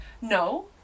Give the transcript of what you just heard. No